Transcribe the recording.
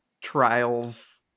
trials